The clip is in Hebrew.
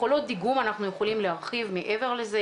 יכולות דיגום אנחנו יכולים להרחיב מעבר לזה.